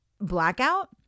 blackout